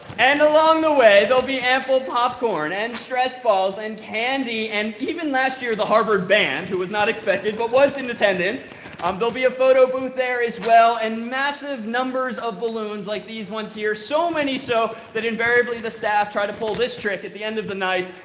and along the way, there will be ample popcorn, and stress balls, and candy, and even last year the harvard band, who was not expected, but was in attendance. there um will be a photo booth there as well, and massive numbers of balloons like these ones here. so many so, that invariably the staff try to pull this trick at the end of the night,